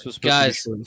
guys